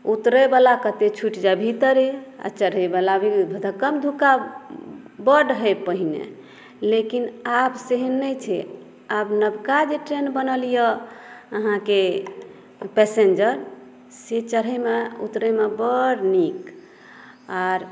उतरय वला कतय छुटि जाय भीतरे आ चढ़े वलामे धक्मम धुक्का बड होइ पहिने लेकिन आब से नहि छै आब नबका जे ट्रैन बनल अछि अहाँके पेसेंजर सऽ चढ़यमे उतरयमे बड नीक आर